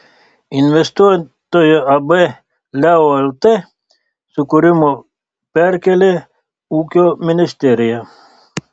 investuotojo ab leo lt sukūrimo perkėlė ūkio ministerija